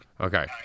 Okay